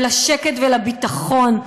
ולשקט ולביטחון.